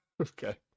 Okay